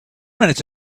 minutes